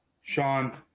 Sean